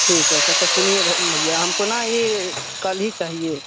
ठीक है अच्छा तो सुनिए भैया हमको ना ये कल ही चाहिए